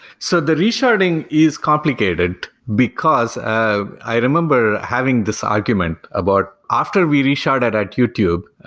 so the resharding is complicated, because ah i remember having this argument about after we resharded at youtube,